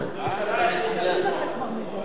הבנתי.